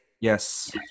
yes